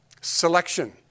Selection